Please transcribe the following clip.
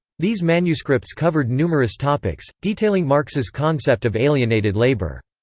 these manuscripts covered numerous topics, detailing marx's concept of alienated labour.